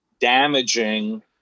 damaging